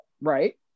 Right